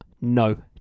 No